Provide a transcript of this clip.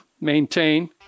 maintain